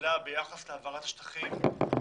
שהתקבלה ביחס להעברת השטחים שנמצאים